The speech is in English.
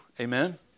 Amen